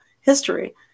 history